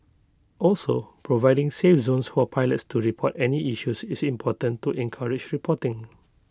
also providing safe zones for pilots to report any issues is important to encourage reporting